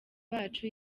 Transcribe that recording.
bacu